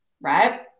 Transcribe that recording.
Right